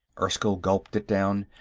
erskyll gulped it down.